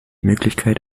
möglichkeit